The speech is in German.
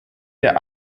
der